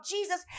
Jesus